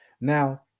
Now